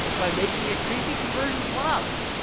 by making it creepy, conversions went up.